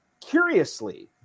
Curiously